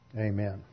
Amen